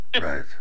right